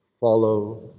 follow